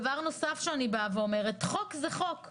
דבר נוסף שאני אומרת, חוק הוא חוק.